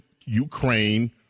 Ukraine